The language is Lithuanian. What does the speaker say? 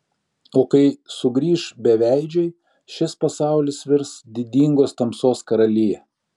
o kai sugrįš beveidžiai šis pasaulis virs didingos tamsos karalija